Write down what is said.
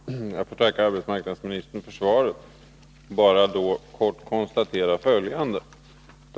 Herr talman! Jag får tacka arbetsmarknadsministern för svaret och bara kort konstatera följande.